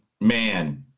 man